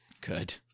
Good